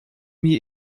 mir